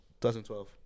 2012